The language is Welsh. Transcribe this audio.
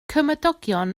cymdogion